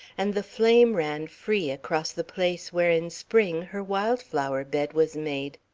and the flame ran free across the place where in spring her wild flower bed was made.